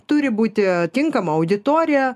turi būti tinkama auditorija